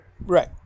Right